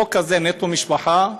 החוק הזה, "נטו משפחה",